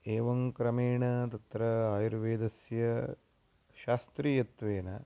एवं क्रमेण तत्र आयुर्वेदस्य शास्त्रीयत्वेन